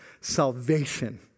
salvation